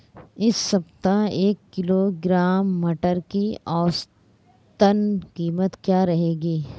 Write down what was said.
इस सप्ताह एक किलोग्राम मटर की औसतन कीमत क्या रहेगी?